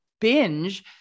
binge